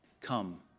Come